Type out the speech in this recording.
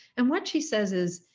and what she says is,